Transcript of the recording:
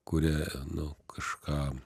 kurie nu kažką